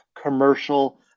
commercial